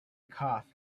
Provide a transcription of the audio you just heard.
cough